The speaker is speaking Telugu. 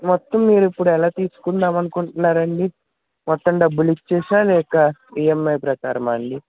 మొత్తం మీరిప్పుడు ఎలా తీసుకుందామనుకుంటున్నారండి మొత్తం డబ్బులిచ్చేసా లేక ఈఎమ్ఐ ప్రకారమా అండి